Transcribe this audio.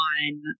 one